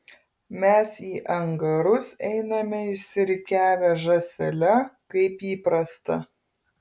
mes į angarus einame išsirikiavę žąsele kaip įprasta